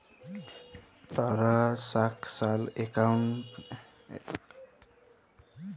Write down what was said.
টারালসাকশাল একাউলটে মালিকরা যখল ইছা সহজে টাকা তুইলতে পারে